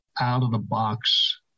out-of-the-box